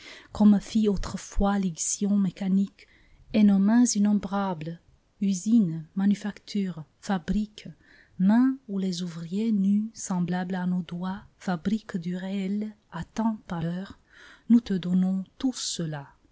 comme fit autrefois l'ixion mécanique et nos mains innombrables usines manufactures fabriques mains où les ouvriers nus semblables à nos doigts fabriquent du réel à tant par heure nous te donnons tous cela